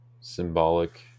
symbolic